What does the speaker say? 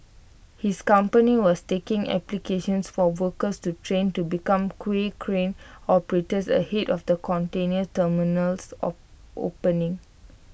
his company was taking applications for workers to train to become quay crane operators ahead of the container terminal's opening